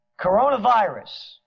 Coronavirus